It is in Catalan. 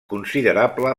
considerable